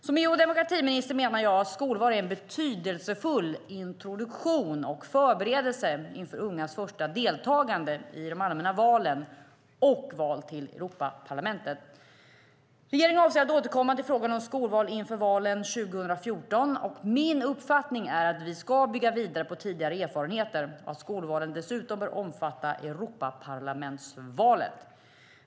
Som EU och demokratiminister menar jag att skolval är en betydelsefull introduktion och förberedelse inför ungas första deltagande i de allmänna valen och val till Europaparlamentet. Regeringen avser att återkomma till frågan om skolval inför valen 2014. Min uppfattning är att vi ska bygga vidare på tidigare erfarenheter och att skolvalen dessutom bör omfatta Europaparlamentsvalet.